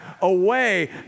away